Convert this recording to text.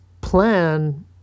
plan